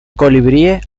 colibríes